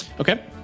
Okay